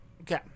Okay